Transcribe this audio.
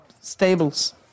stables